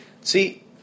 see